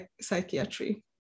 Psychiatry